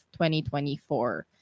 2024